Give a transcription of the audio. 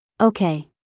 Okay